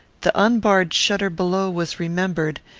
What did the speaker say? the unbarred shutter below was remembered,